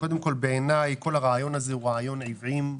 קודם כול, בעיניי הרעיון הזה הוא רעיון עוועים,